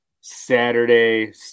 Saturday